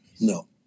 No